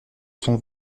son